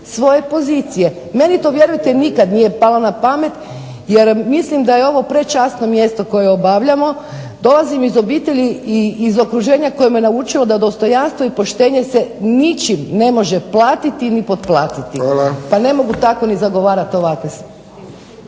svoje pozicije? Meni to vjerujte nikad nije palo na pamet jer mislim da je ovo prečasno mjesto koje obavljamo. Dolazim iz obitelji i iz okruženja koje me naučilo da dostojanstvo i poštenje se ničim ne može platiti ni potplatiti. **Friščić, Josip (HSS)** Hvala.